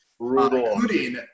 including